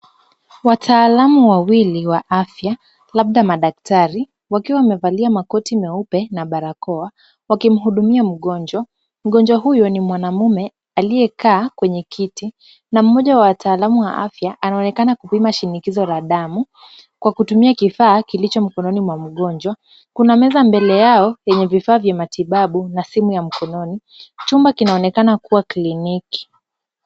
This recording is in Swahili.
Wataalamu wawili wa afya labda madaktari wakiwa wamevalia makoti meupe na barakoa wakimhudumia mgonjwa. Mgonjwa huyo ni mwanaume aliyekaa kwenye kiti na mmoja wa wataalamu wa afya anaonekana kupima shinikizo la damu kwa kutumia kifaa kilicho mkononi mwa mgonjwa. Kuna meza mbele yao yenye vifaa vya matibabu na simu ya mkononi. Chumba kinaonekana kuwa kliniki.